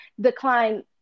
decline